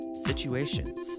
Situations